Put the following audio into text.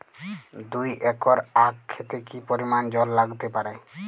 দুই একর আক ক্ষেতে কি পরিমান জল লাগতে পারে?